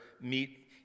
meet